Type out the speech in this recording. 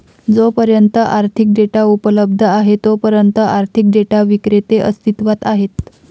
जोपर्यंत आर्थिक डेटा उपलब्ध आहे तोपर्यंत आर्थिक डेटा विक्रेते अस्तित्वात आहेत